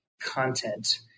content